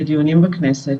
בדיונים בכנסת,